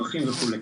ערכים וכולי.